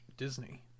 Disney